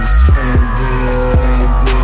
stranded